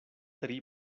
tri